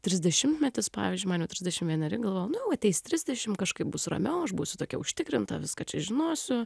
trisdešimtmetis pavyzdžiui man jau trisdešimt vieneri galvojau nu ateis trisdešimt kažkaip bus ramiau aš būsiu tokia užtikrinta viską čia žinosiu